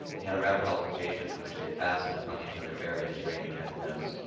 they had a rapid altercation, in which they fastened upon each other various strange epithets.